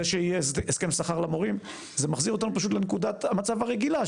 זה שיהיה הסכם שכר למורים זה מחזיר אותנו פשוט לנקודת המצב הרגילה,